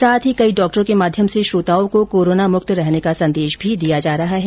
साथ ही कई डॉक्टरों के माध्यम से श्रोताओं को कोरोनामुक्त रहने का संदेश भी दिया जा रहा है